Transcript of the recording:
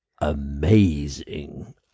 amazing